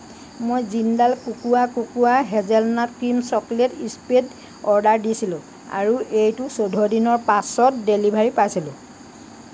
মই Jindal cocoa cocoa hazelnut cream chocolate spread order দিছিলোঁ আৰু এইটোৰ চৈধ্য দিনৰ পাছত ডেলিভাৰী পাইছিলোঁ